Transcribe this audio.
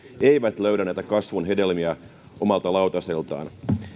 eivät löydä näitä kasvun hedelmiä omalta lautaseltaan